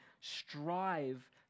strive